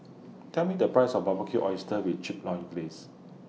Tell Me The Price of Barbecued Oysters with Chipotle Glaze